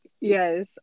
Yes